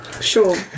Sure